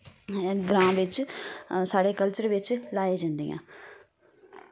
ग्रां बिच्च साढ़े कल्चर बिच्च लाए जंदियां